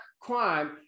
crime